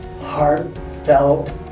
heartfelt